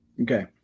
Okay